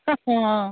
ହଁ